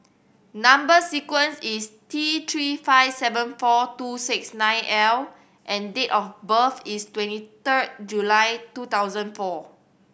number sequence is T Three five seven four two six nine L and date of birth is twenty third July two thousand four